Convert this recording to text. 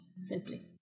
simply